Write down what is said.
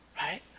Right